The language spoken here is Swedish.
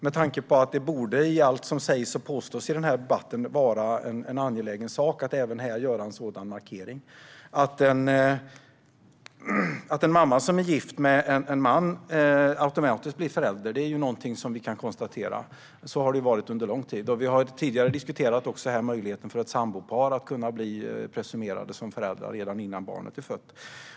Med tanke på allt som sägs och påstås i denna debatt borde det vara angeläget att även i detta göra en sådan markering. Under lång tid har det varit så att en mamma som är gift med en man automatiskt blir förälder. Vi har också tidigare diskuterat möjligheten för ett sambopar att presumeras vara föräldrar redan innan barnet är fött.